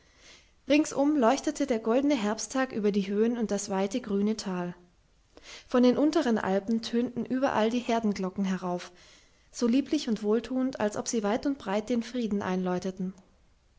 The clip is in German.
ringsum leuchtete der goldene herbsttag über die höhen und das weite grüne tal von den unteren alpen tönten überall die herdenglocken herauf so lieblich und wohltuend als ob sie weit und breit den frieden einläuteten